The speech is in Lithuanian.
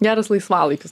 geras laisvalaikis